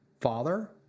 father